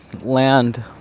land